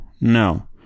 no